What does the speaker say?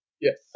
Yes